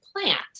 plant